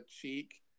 cheek